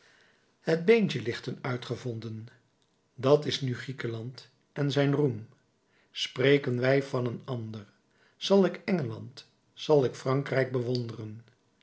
het beentje lichten uitgevonden dat is nu griekenland en zijn roem spreken wij van een ander zal ik engeland zal ik frankrijk bewonderen